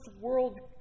world